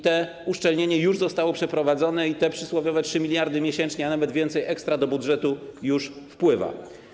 To uszczelnienie już zostało przeprowadzone i te przysłowiowe 3 mld miesięcznie, a nawet więcej, ekstra, do budżetu już wpływają.